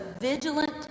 vigilant